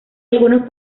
algunos